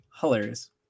Hilarious